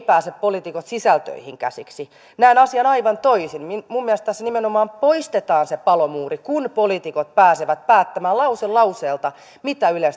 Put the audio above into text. pääse sisältöihin käsiksi näen asian aivan toisin minun mielestäni tässä nimenomaan poistetaan se palomuuri kun poliitikot pääsevät päättämään lause lauseelta mitä ylen